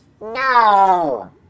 No